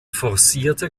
forcierte